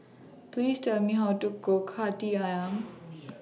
Please Tell Me How to Cook Hati Ayam